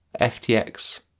FTX